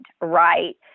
right